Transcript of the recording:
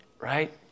Right